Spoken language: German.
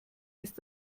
ist